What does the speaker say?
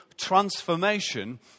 transformation